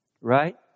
Right